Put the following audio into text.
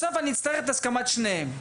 בסוף אני אצטרך את הסכמת שניהם.